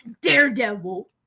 Daredevil